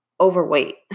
overweight